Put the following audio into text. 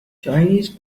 chinese